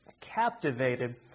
captivated